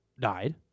died